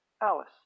Alice